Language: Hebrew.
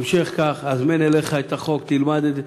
המשך כך, הזמן אליך את החוק, תלמד את זה.